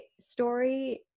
story